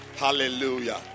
Hallelujah